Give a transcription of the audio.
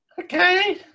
Okay